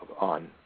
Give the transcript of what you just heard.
on